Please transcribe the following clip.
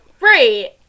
right